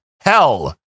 hell